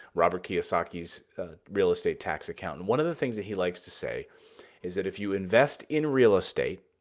robert kiyosaki's real estate tax accountant, one of the things that he likes to say is that if you invest in real estate,